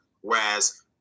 Whereas